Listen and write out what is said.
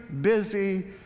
busy